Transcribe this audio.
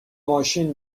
ماشین